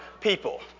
people